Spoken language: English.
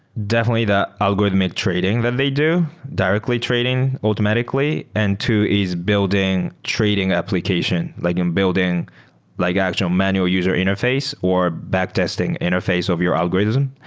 the algorithmic trading that they do, directly trading automatically, and two is building trading application, like um building like actual manual user interface or back testing interface of your algorithm.